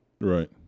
Right